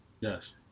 Yes